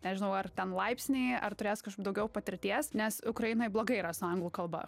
nežinau ar ten laipsnį ar turės daugiau patirties nes ukrainoj blogai yra su anglų kalba